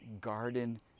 garden